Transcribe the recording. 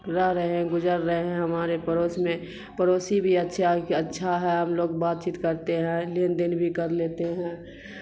رہ رہے گزر رہے ہیں ہمارے پڑوس میں پڑوسی بھی اچھا اچھا ہے ہم لوگ بات چیت کرتے ہیں لین دین بھی کر لیتے ہیں